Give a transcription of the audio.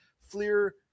Fleer